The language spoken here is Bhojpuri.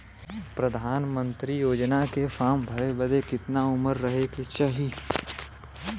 प्रधानमंत्री योजना के फॉर्म भरे बदे कितना उमर रहे के चाही?